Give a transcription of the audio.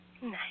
nice